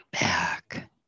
back